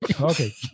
Okay